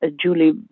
Julie